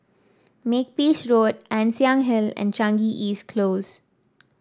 Makepeace Road Ann Siang Hill and Changi East Close